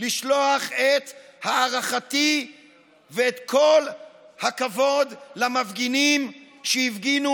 לשלוח את הערכתי ואת כל הכבוד למפגינים שהפגינו